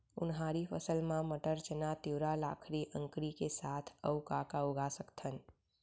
उनहारी फसल मा मटर, चना, तिंवरा, लाखड़ी, अंकरी के साथ अऊ का का उगा सकथन?